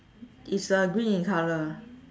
is uh green in colour